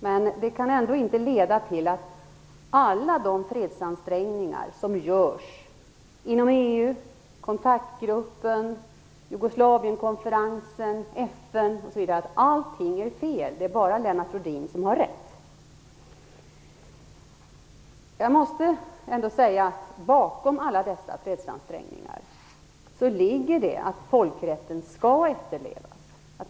Men det kan ändå inte vara så, att alla de fredsansträngningar som görs inom t.ex. EU, kontaktgruppen, Jugoslavienkonferensen och FN är fel och att bara Lennart Rohdin har rätt. Bakom alla dessa fredsansträngningar ligger att folkrätten skall efterlevas.